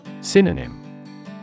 Synonym